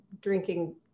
drinking